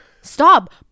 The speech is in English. stop